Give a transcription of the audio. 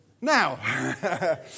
Now